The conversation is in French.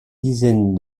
dizaine